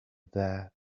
that